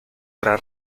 tra